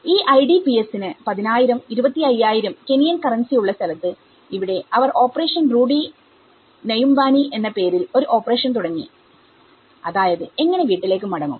ഈ IDPs ന് 1000025000 Kenyan currency ഉള്ള സ്ഥലത്ത്ഇവിടെ അവർ ഓപ്പറേഷൻ റൂഡി നയുമ്പാനി എന്ന പേരിൽ ഒരു ഓപ്പറേഷൻ തുടങ്ങി അതായത് എങ്ങനെ വീട്ടിലേക്ക് മടങ്ങും